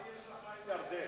מה יש לך עם ירדן?